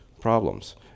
problems